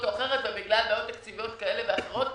או אחרת ובגלל בעיות תקציביות כאלה ואחרות.